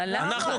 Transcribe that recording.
לנו,